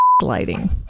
lighting